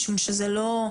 משום שזה לא,